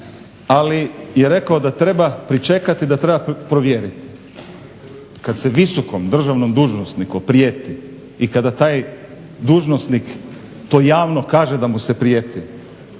ali je rekao da treba pričekati i da treba provjeriti. Kad se visokom državnom dužnosniku prijeti i kada taj dužnosnik to javno kaže da mu se prijeti